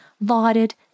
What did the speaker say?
lauded